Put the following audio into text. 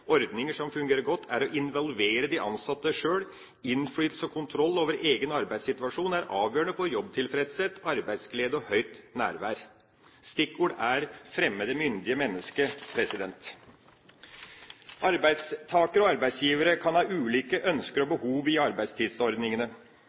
ordninger som fungerer godt, er å involvere de ansatte sjøl. Innflytelse og kontroll over egen arbeidssituasjon er avgjørende for jobbtilfredshet, arbeidsglede og høyt nærvær. Stikkord er å fremme det myndige mennesket. Arbeidstakere og arbeidsgivere kan ha ulike ønsker og